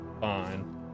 Fine